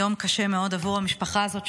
זה יום קשה מאוד עבור המשפחה הזאת,